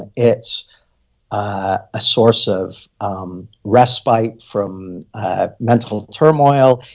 and it's a source of um rest bite from mental turmoil.